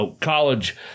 college